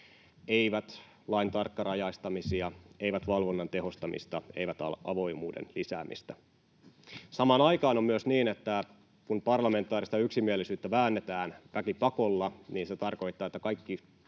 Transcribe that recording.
eivät lain tarkkarajaistamisia, eivät valvonnan tehostamista, eivät avoimuuden lisäämistä. Samaan aikaan on myös niin, että kun parlamentaarista yksimielisyyttä väännetään väkipakolla, niin se tarkoittaa, että kaikki